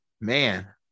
man